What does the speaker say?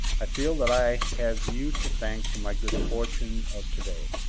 i feel that i have you to thank for my good fortune of to-day.